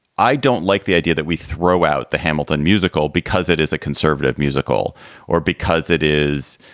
i don't like the idea that we throw out the hamilton musical because it is a conservative musical or because it is.